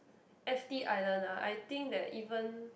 F_t-Island lah I think that even